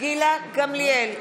גילה גמליאל,